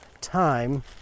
time